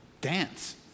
Dance